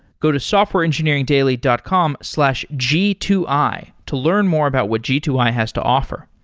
go to softwareengineeringdaily dot com slash g two i to learn more about what g two i has to offer.